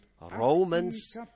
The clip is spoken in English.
Romans